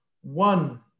one